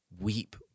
Weep